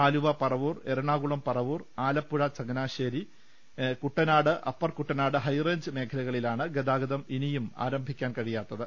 Aluva Paravur Ernakulam Paravur Alappuzha Changanassery Kuttanad Upper Kuttanad high range മേഖലകളിലാണ് ഗതാഗതം ഇനിയും ആരംഭിക്കാൻ കഴിയാത്ത ത്